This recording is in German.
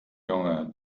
junge